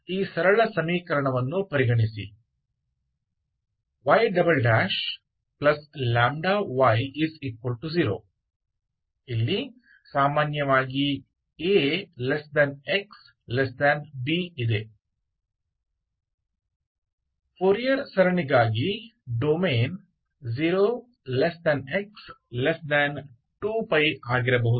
ಈ ಸರಳ ಸಮೀಕರಣವನ್ನು ಪರಿಗಣಿಸಿ y λy0 axb ಸಾಮಾನ್ಯವಾಗಿ ಫೋರಿಯರ್ ಸರಣಿಗಾಗಿ ಡೊಮೇನ್ 0 x 2π ಆಗಿರಬಹುದು